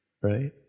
right